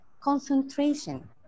Concentration